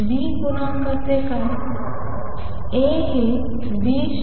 बी गुणांक कसे